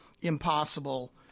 impossible